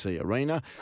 Arena